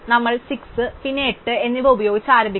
നമ്മൾ 6 പിന്നെ 8 എന്നിവ ഉപയോഗിച്ച് ആരംഭിക്കുന്നു